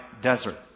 desert